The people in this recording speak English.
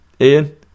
Ian